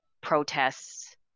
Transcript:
protests